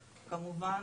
כמובן,